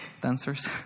dancers